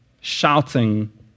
shouting